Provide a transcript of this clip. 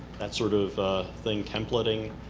that sort of thing templating?